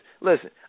Listen